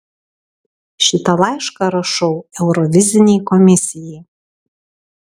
šitą laišką rašau eurovizinei komisijai